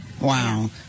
Wow